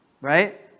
Right